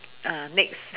next